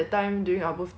for you and then